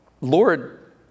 Lord